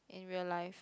in real life